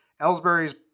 Ellsbury's